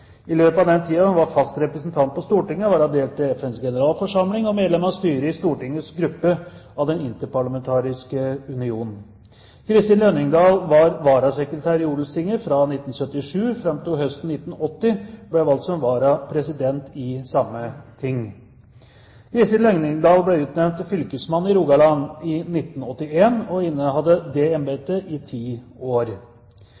I løpet av den tiden hun var fast representant på Stortinget, var hun delegert til FNs generalforsamling og medlem av styret i Stortingets gruppe av Den Interparlamentariske Union. Kristin Lønningdal var varasekretær i Odelstinget fra 1977 frem til hun høsten 1980 ble valgt som varapresident i samme ting. Kristin Lønningdal ble utnevnt til fylkesmann i Rogaland i 1981 og innehadde